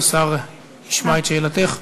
שהשר ישמע את שאלתך.